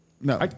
No